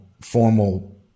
formal